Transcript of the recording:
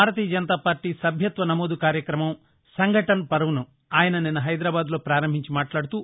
భారతీయ Janata party సభ్యత్వ నమోదు కార్యక్రమం సంఘటన్ పర్వ్ ను ఆయన నిన్న హైదరాబాద్ లో ప్రారంభించి మాట్లాడుతూ